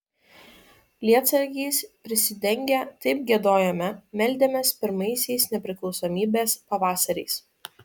lietsargiais prisidengę taip giedojome meldėmės pirmaisiais nepriklausomybės pavasariais